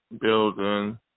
building